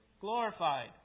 glorified